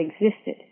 existed